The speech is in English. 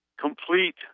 complete